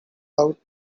out